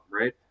right